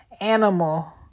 animal